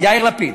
יאיר לפיד.